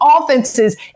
offenses